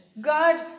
God